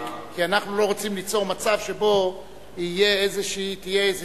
כי אנחנו לא רוצים ליצור מצב שבו תהיה איזו קונסטלציה,